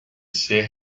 ser